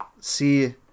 See